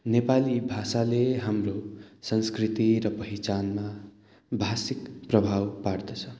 नेपाली भाषाले हाम्रो संस्कृति र पहिचानमा भाषिक प्रभाव पार्दछ